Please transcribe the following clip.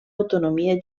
autonomia